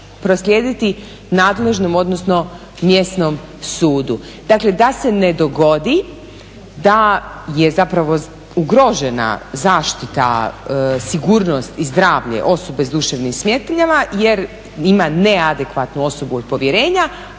proslijediti nadležnom, odnosno mjesnom sudu. Dakle da se ne dogodi da je zapravo ugrožena zaštita, sigurnost i zdravlje osobe s duševnim smetnjama jer ima neadekvatnu osobu od povjerenja,